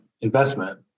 investment